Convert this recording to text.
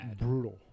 brutal